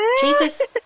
Jesus